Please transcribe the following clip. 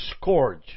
scourge